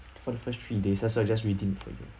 for the first three days so sir I'll just redeem for you